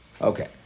okay